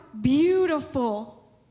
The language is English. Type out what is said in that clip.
beautiful